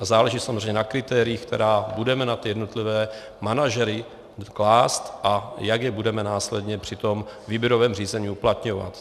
Záleží samozřejmě na kritériích, která budeme na jednotlivé manažery klást, a jak je budeme následně při tom výběrovém řízení uplatňovat.